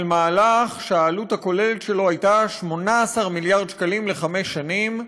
על מהלך שהעלות הכוללת שלו הייתה 18 מיליארד שקלים לחמש שנים,